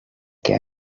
què